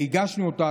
הגשנו אותה,